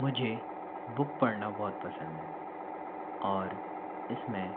मुझे बुक पढ़ना बहुत पसंद है और इसमें